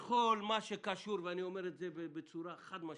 אני אומר בצורה חד-משמעית: